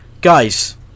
guys